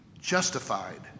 Justified